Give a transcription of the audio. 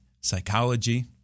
psychology